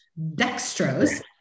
dextrose